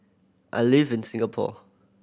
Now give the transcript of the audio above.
I live in Singapore